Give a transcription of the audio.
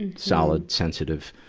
and solid, sensitive,